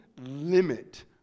limit